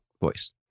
voice